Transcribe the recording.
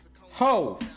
ho